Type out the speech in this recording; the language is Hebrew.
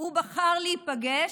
הוא בחר להיפגש,